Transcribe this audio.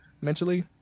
mentally